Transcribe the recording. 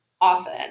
often